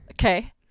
Okay